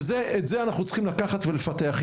את זה אנחנו צריכים לקחת איתנו ולפתח.